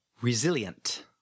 Resilient